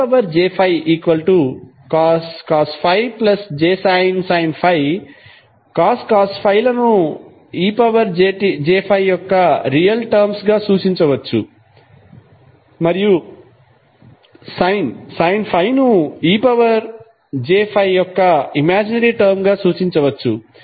ఇప్పుడు ej∅cos ∅ jsin ∅ cos ∅ లను ej∅యొక్క రియల్ టర్మ్స్ గా సూచించవచ్చు మరియు sin ∅ ను ej∅ యొక్క ఇమాజినరీ టర్మ్ గా సూచించవచ్చు